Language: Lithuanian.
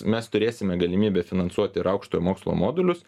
mes turėsime galimybę finansuoti ir aukštojo mokslo modulius